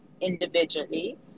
individually